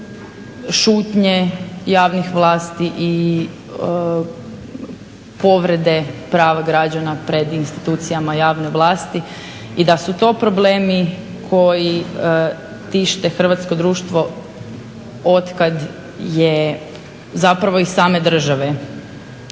šutnje javnih vlasti i povrede prava građana pred institucijama javne vlasti i da su to problemi koji tište hrvatsko društvo od kad je zapravo i same države.